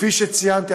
כפי שציינתי,